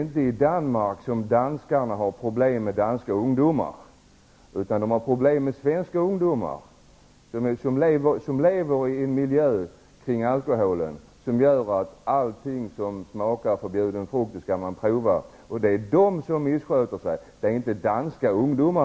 I Danmark har man inte problem med danska ungdomar -- man har problem med svenska ungdomar, på grund av den miljö kring alkoholen som de lever i: allt som smakar förbjuden frukt skall man prova. Det är de som missköter sig i Danmark och inte danska ungdomar.